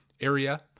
area